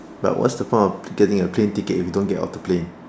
but what's the point of getting a plane ticket if you don't get off the plane